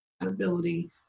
ability